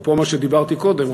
אפרופו מה שדיברתי קודם,